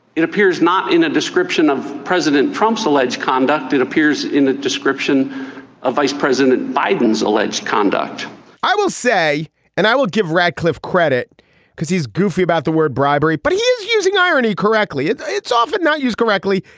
it appears not in a description of president trump's alleged conduct it appears in the description of vice president biden's alleged conduct i will say and i will give radcliff credit because he's goofy about the word bribery. but he is using irony correctly and it's often not used correctly.